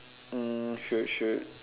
um should should